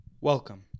Welcome